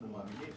אנחנו מאמינים.